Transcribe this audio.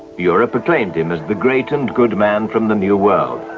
europe acclaimed him as the great and good man from the new world.